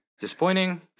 disappointing